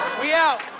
we out!